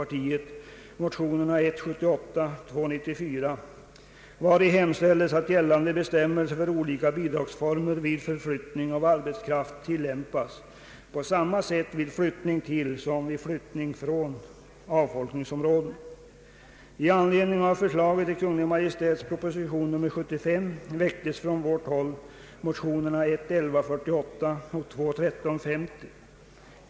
regionalpolitiken betskraft tillämpas på samma sätt vid flyttning till som vid flyttning från avfolkningsområden. I anledning av förslag i Kungl. Maj:ts proposition nr 75 väcktes från vårt håll motionerna I: 1148 och II: 1350.